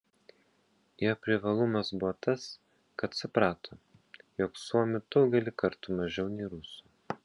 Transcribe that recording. jo privalumas buvo tas kad suprato jog suomių daugelį kartų mažiau nei rusų